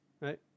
Right